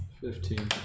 Fifteen